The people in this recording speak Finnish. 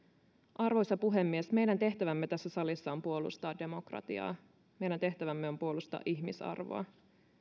arvoisa puhemies meidän tehtävämme tässä salissa on puolustaa demokratiaa meidän tehtävämme on puolustaa ihmisarvoa